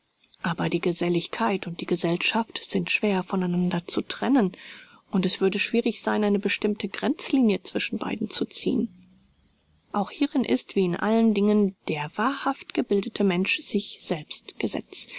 aber die geselligkeit und die gesellschaft sind schwer von einander zu trennen und es würde schwierig sein eine bestimmte gränzlinie zwischen beiden zu ziehen auch hierin ist wie in allen dingen der wahrhaft gebildete mensch sich selbst gesetz